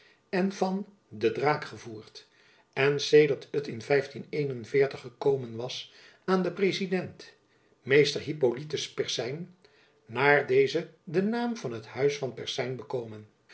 en van de draak gevoerd en sedert het in gekomen was aan den president mr hypolitus persyn naar dezen den naam van het huis van persyn